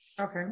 okay